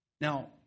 Now